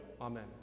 Amen